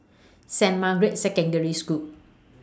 Saint Margaret's Secondary School